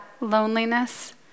loneliness